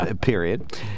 period